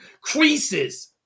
creases